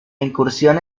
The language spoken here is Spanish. incursión